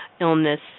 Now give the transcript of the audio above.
illness